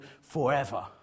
forever